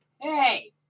Hey